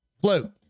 float